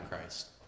Christ